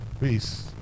Peace